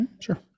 Sure